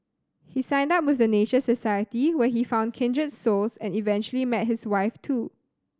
he signed up with the Nature Society where he found kindred souls and eventually met his wife too